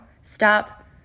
stop